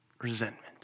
Resentment